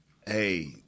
Hey